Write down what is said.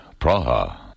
Praha